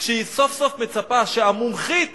היא סוף-סוף מצפה שהמומחית